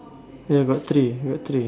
ya got three got three